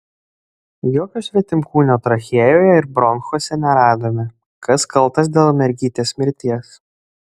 jokio svetimkūnio trachėjoje ir bronchuose neradome kas kaltas dėl mergytės mirties